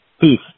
Peace